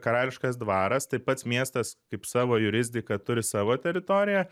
karališkas dvaras tai pats miestas kaip savo jurisdiką turi savo teritoriją